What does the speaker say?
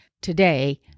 today